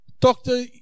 doctor